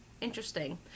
Interesting